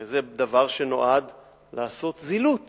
זה דבר שנועד לעשות זילות